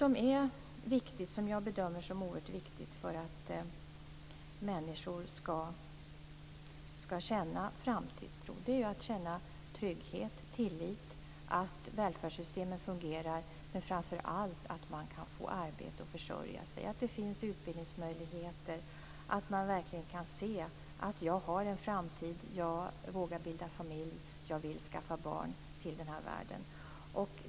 För att människor skall känna framtidstro bedömer jag det som oerhört viktigt att de känner trygghet, tillit, att välfärdssystemet fungerar men framför allt att de kan få arbete och försörja sig. Det måste finnas utbildningsmöjligheter. De måste verkligen kunna se: Jag har en framtid. Jag vågar bilda familj, och jag vill skaffa barn till den här världen.